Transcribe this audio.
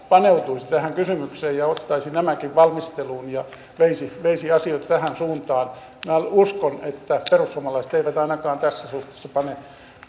paneutuisi tähän kysymykseen ja ottaisi nämäkin valmisteluun ja veisi veisi asioita tähän suuntaan minä uskon että perussuomalaiset eivät ainakaan tässä suhteessa pane